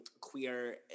queer